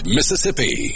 Mississippi